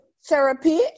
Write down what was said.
therapy